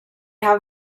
have